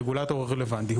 הרגולטור הרלוונטי,